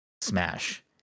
smash